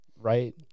right